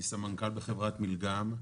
במנכ"ל בחברת מילגם,